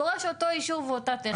דורש אותו אישור ואותה טכניקה.